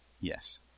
Yes